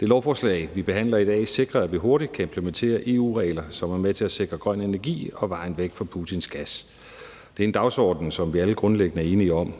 Det lovforslag, vi behandler i dag, sikrer, at vi hurtigt kan implementere EU-regler, som er med til at sikre grøn energi og vejen væk fra Putins gas. Det er en dagsorden, som vi alle grundlæggende er enige om,